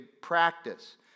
practice